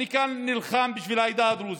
אני כאן נלחם בשביל העדה הדרוזית.